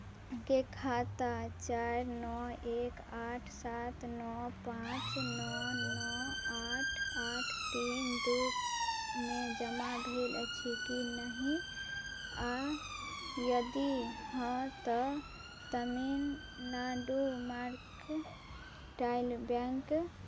के खाता चारि नओ एक आठ सात नो पाँच नओ नओ आठ आठ तीन दू मे जमा भेल अछि की नहि आओर यदि हँ तऽ तमिलनाडु मार्क टाइल बैंक